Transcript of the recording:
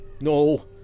No